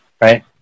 right